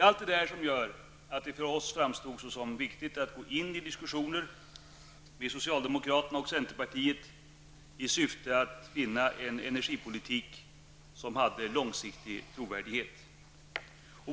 Allt detta gör att det för oss framstod som viktigt att gå in i diskussioner med socialdemokraterna och centerpartiet i syfte att finna en energipolitik med en långsiktig trovärdighet.